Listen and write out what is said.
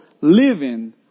living